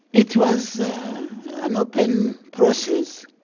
it was an open process.